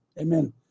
Amen